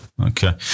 Okay